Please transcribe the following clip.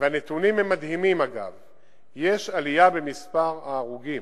הנתונים הם מדהימים, יש עלייה במספר ההרוגים